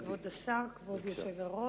כבוד היושב-ראש,